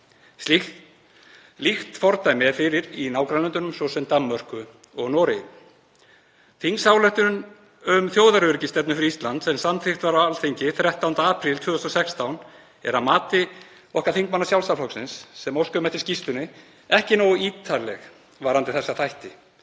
líkt og fordæmi eru fyrir í nágrannalöndunum, svo sem í Danmörku og Noregi. Þingsályktun um þjóðaröryggisstefnu fyrir Ísland, sem samþykkt var á Alþingi 13. apríl 2016, er að mati okkar þingmanna Sjálfstæðisflokksins, sem óskuðum eftir skýrslunni, ekki nógu ítarleg varðandi þessa þætti,